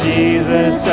Jesus